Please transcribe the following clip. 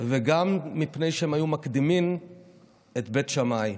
וגם מפני שהם היו מקדימים את בית שמאי.